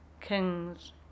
kings